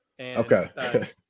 okay